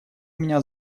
меня